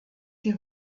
sie